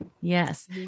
Yes